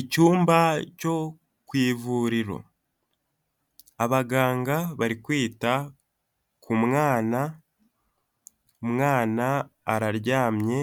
Icyumba cyo ku ivuriro, abaganga bari kwita ku mwana, umwana araryamye,